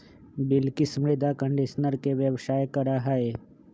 बिलकिश मृदा कंडीशनर के व्यवसाय करा हई